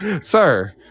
Sir